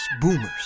boomers